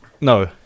no